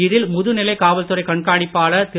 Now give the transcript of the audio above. இதில் முதுநிலை காவல்துறை கண்காணிப்பாளர் திரு